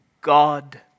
God